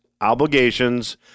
obligations